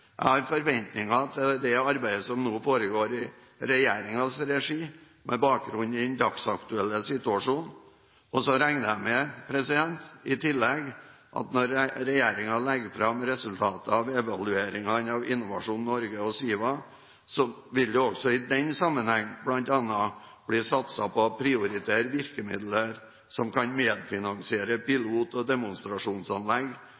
Jeg har forventninger til det arbeidet som nå foregår i regjeringens regi, med bakgrunn i den dagsaktuelle situasjonen. I tillegg regner jeg med at når regjeringen legger fram resultatet av evalueringen av Innovasjon Norge og SIVA, vil det også i den sammenheng bl.a. bli satset på å prioritere virkemidler som kan medfinansiere